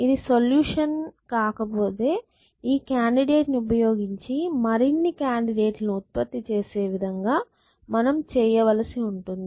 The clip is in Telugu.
ఇది సొల్యూషన్ కాకపోతే ఈ కాండిడేట్ ని ఉపయోగించి మరిన్ని కాండిడేట్ లను ఉత్పత్తి చేసే విధంగా మనం చెయ్యవలసి ఉంటుంది